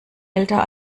älter